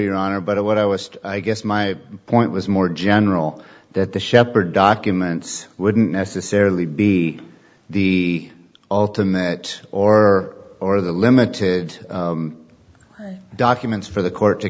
your honor but what i was i guess my point was more general that the shepherd documents wouldn't necessarily be the ultimate or or the limited documents for the court to